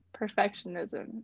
perfectionism